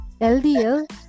LDL